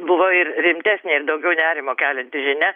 buvo ir rimtesnė ir daugiau nerimo kelianti žinia